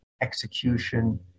execution